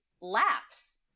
laughs